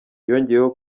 yongeyeho